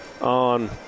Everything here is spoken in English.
on